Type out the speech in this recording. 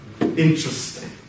Interesting